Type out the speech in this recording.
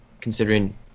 considering